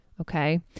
Okay